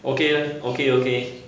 okay lah okay okay